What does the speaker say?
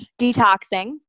Detoxing